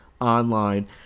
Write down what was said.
online